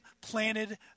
planted